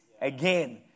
again